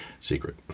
Secret